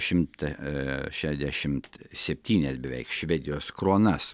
šimtą šešiasdešimt septynias beveik švedijos kronas